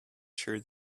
sure